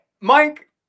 Mike